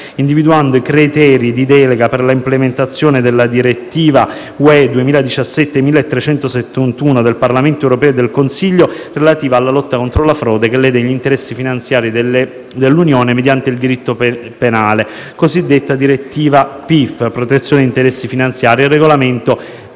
individuando i criteri di delega per la implementazione della direttiva UE 2017/1371 del Parlamento europeo e del Consiglio, relativa alla lotta contro la frode che lede gli interessi finanziari dell'Unione mediante il diritto penale, cosiddetta direttiva PIF (protezione interessi finanziari), e il regolamento EPPO.